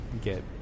get